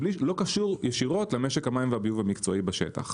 לא קשור ישירות למשק המים והביוב המקצועי בשטח.